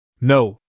No